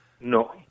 No